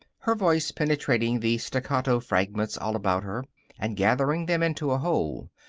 her voice penetrating the staccato fragments all about her and gathering them into a whole.